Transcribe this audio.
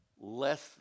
less